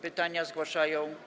Pytania zgłaszają.